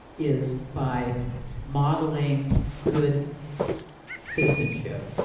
is by modeling good citizenship.